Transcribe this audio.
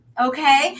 Okay